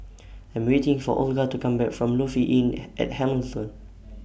I'm waiting For Olga to Come Back from Lofi Inn At Hamilton